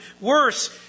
Worse